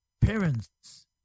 parents